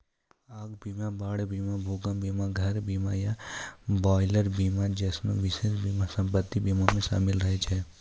आग बीमा, बाढ़ बीमा, भूकंप बीमा, घर बीमा या बॉयलर बीमा जैसनो विशेष बीमा सम्पति बीमा मे शामिल रहै छै